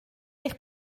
eich